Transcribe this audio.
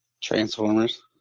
Transformers